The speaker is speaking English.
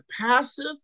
passive